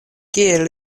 kie